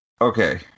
Okay